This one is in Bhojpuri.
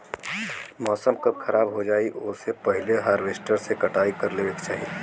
मौसम कब खराब हो जाई ओसे पहिले हॉरवेस्टर से कटाई कर लेवे के चाही